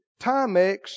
Timex